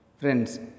Friends